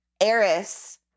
Eris